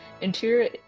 interior